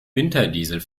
winterdiesel